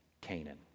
Canaan